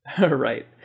right